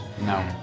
No